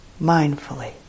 mindfully